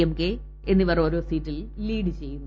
എച്ച്ക എന്നിവർ ഓരോ seat lead ചെയ്യുന്നു